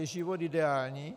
Je život ideální?